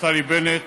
נפתלי בנט